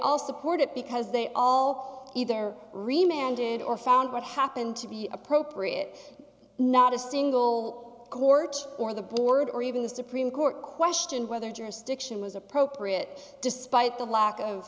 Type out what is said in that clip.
all support it because they all either remained in or found what happened to be appropriate not a single court or the board or even the supreme court questioned whether jurisdiction was appropriate despite the lack of